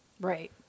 Right